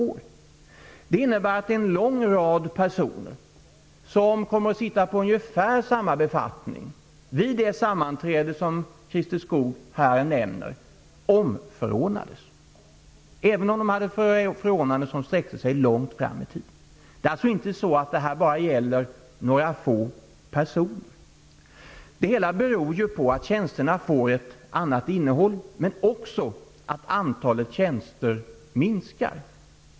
Det innebär att en lång rad personer som kommer att sitta på ungefär samma befattningar omförordnades vid det sammanträde som Christer Skoog här nämner. De omförordnades, även om de hade förordnanden som sträcker sig långt fram i tiden. Detta gäller alltså inte bara några få personer. Det hela beror på att tjänsterna får ett annat innehåll men också på att antalet tjänster minskar.